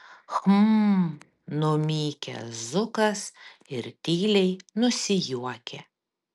hm numykia zukas ir tyliai nusijuokia